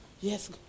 Yes